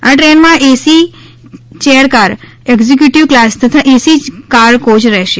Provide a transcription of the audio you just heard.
આ ટ્રેનમાં AC chair car executive class તથા એસી કાર કોય રહેશે